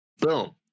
Boom